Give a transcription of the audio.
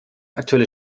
aktuelle